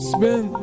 Spin